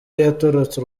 yatorotse